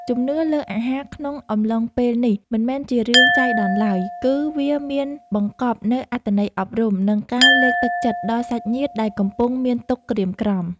ជំនឿលើអាហារក្នុងអំឡុងពេលនេះមិនមែនជារឿងចៃដន្យឡើយ គឺវាមានបង្កប់នូវអត្ថន័យអប់រំ និងការលើកទឹកចិត្តដល់សាច់ញាតិដែលកំពុងមានទុក្ខក្រៀមក្រំ។